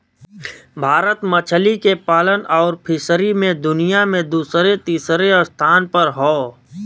भारत मछली के पालन आउर फ़िशरी मे दुनिया मे दूसरे तीसरे स्थान पर हौ